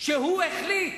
שהחליט,